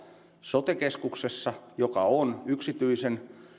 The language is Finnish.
sote keskuksessa joka on yksityisen tai